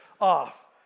off